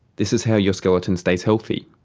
this is how your skeleton stays healthy.